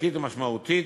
ערכית ומשמעותית,